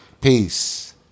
Peace